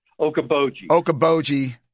Okaboji